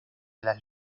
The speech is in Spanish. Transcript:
las